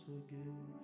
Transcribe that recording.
again